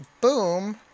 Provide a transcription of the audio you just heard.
boom